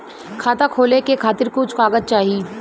खाता खोले के खातिर कुछ कागज चाही?